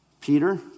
Peter